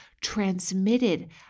transmitted